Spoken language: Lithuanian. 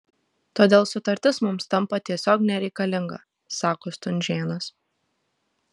todėl sutartis mums tampa tiesiog nereikalinga sako stunžėnas